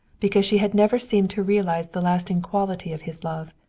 because she had never seemed to realize the lasting quality of his love.